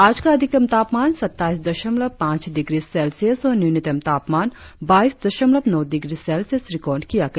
आज का अधिकतम तापमान सत्ताईस दशमलव पांच डिग्री सेल्सियस और न्यूनतम तापमान बाईस दशमलव नौ डिग्री सेल्सियस रिकार्ड किया गया